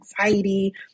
anxiety